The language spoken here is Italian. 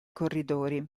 corridori